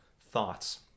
thoughts